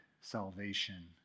salvation